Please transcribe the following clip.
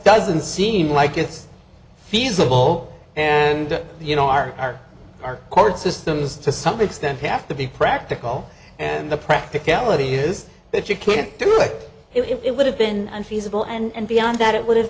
doesn't seem like it's feasible and you know our our court systems to some extent have to be practical and the practicality is that you can't do it it would have been unfeasible and beyond that it would have